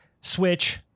Switch